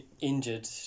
injured